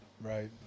right